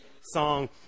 song